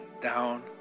down